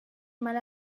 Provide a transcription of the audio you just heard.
mal